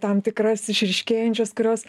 tam tikras išryškėjančios kurios